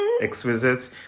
Exquisite